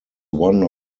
one